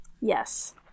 yes